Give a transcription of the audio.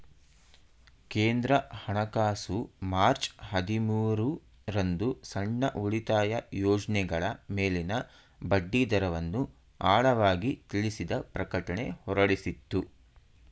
ಕೇಂದ್ರ ಹಣಕಾಸು ಮಾರ್ಚ್ ಹದಿಮೂರು ರಂದು ಸಣ್ಣ ಉಳಿತಾಯ ಯೋಜ್ನಗಳ ಮೇಲಿನ ಬಡ್ಡಿದರವನ್ನು ಆಳವಾಗಿ ತಿಳಿಸಿದ ಪ್ರಕಟಣೆ ಹೊರಡಿಸಿತ್ತು